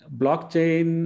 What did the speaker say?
blockchain